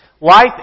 Life